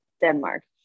Denmark